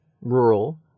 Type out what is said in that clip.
rural